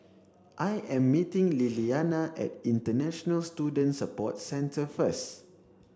I am meeting Lilliana at International Student Support Centre first